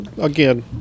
again